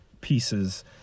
pieces